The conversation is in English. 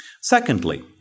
Secondly